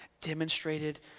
demonstrated